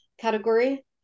category